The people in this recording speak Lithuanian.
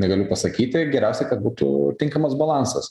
negaliu pasakyti geriausiai kad būtų tinkamas balansas